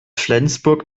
flensburg